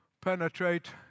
penetrate